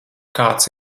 kāds